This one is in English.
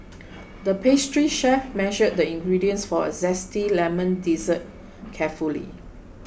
the pastry chef measured the ingredients for a Zesty Lemon Dessert carefully